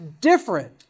different